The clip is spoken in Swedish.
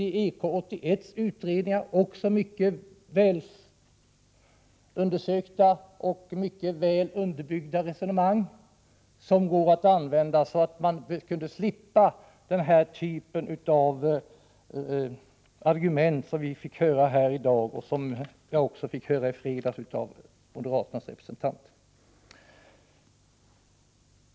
I EK 81 finns det mycket väl underbyggda resonemang, som visar att man borde kunna slippa den typ av argument som vi har hört här i dag och som jag också fick höra i fredags av moderaternas representant.